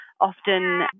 often